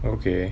okay